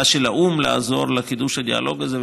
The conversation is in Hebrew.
של האו"ם לעזור בחידוש הדיאלוג הזה,